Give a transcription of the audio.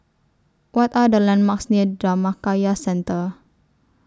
What Are The landmarks near Dhammakaya Centre